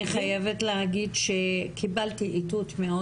אני חייבת להגיד שקיבלתי איתות מאוד